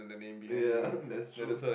ya that's true